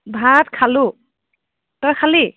ভাত খালোঁ তই খালি